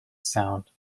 sound